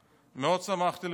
מאוד שמחתי לשמוע,